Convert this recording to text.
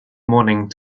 morning